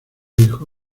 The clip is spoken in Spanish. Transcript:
hijo